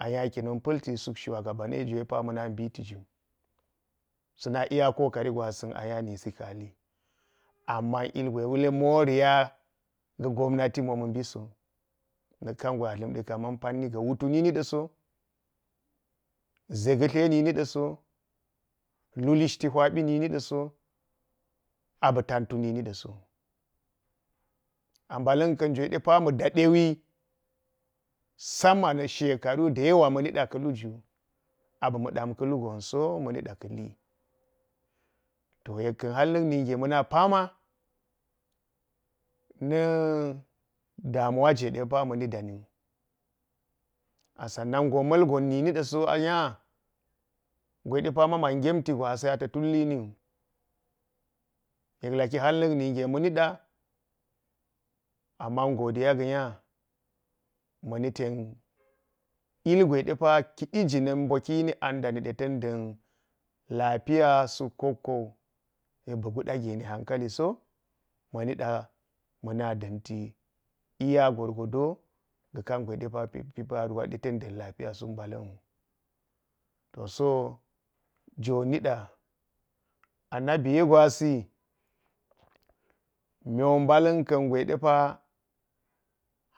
Ayagi man palti suk shuwagaban juwen apa bitiju. Suna iya kokin gwasan a nya nisi jalo. Amma ilgwe wule moriya ga gabani momabiso nak kan gwe a hamnden kamar para daso, ʒe ga tla ning daso. Lu lishti inuyupi nin dạsp a si duntu nin daso a balan kan juwe ma ma dadwwi sama na shekani da yewa ma nida kali bima da̱m kalu jonso ama nida kali amma yekka̱n harniknigge ma̱na̱ pan na damuwa juwe ma nidaniwu. A sanna ga malgon nini ɗaso a nya gwedapa ma man gento gwasi ata tulliniwu. Yeklaki har naknige ma nida amma godiya ga nya maniten ilgwe ɗepa kidi ginan bakina an dani tandan lapiya suk kokkowu yek su ɗageni hankaliso, ma nida mana danti iya grofodo ga kan gwe pi paeuwade tand lafiya suk balanwu. To so jonida. Ana biye gwasi. Mo balankan gwedepa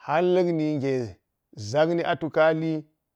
har nakninge ʒakni a tukli